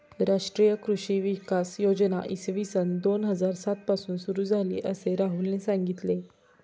राष्ट्रीय कृषी विकास योजना इसवी सन दोन हजार सात पासून सुरू झाली, असे राहुलने सांगितले